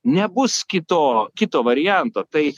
nebus kito kito varianto tai